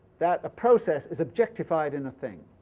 that a process is objectified in a thing.